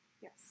Yes